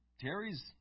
Terry's